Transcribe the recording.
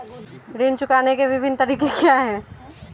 ऋण चुकाने के विभिन्न तरीके क्या हैं?